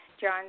John